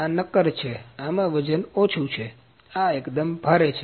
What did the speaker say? આ નક્કર છે આમાં વજન ઓછું છે આ એકદમ ભારે છે